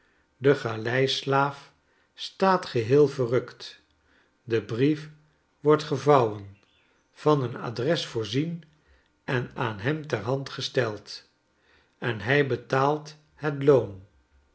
de galeislaaf staat geheel verrukt de brief wordt gevouwen van een adres voorzien en aan hem ter hand gesteld en hij betaalt het loon